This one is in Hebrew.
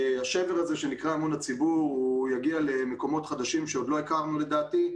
השבר הזה של אמון הציבור יגיע למקומות חדשים שעוד לא הכרנו לדעתי.